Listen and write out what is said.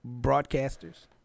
broadcasters